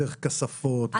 דרך כספות,